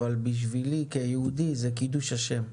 אבל בשבילי כיהודי זה קידוש השם.